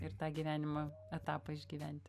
ir tą gyvenimą etapą išgyventi